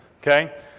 okay